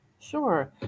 Sure